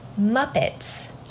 Muppets